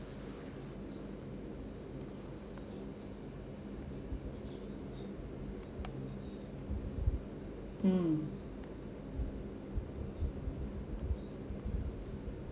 mm